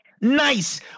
Nice